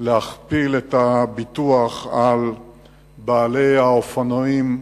החליטו להכפיל את הביטוח על בעלי האופנועים,